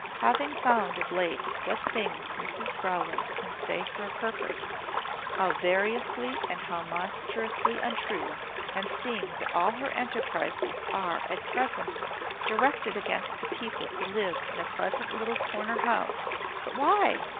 having found of late what things mrs rowland can say for a purpose how variously and how monstrously untrue and seeing that all her enterprises are at present directed against the people who live in a pleasant little corner-house but why?